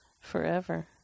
forever